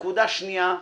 נקודה שנייה,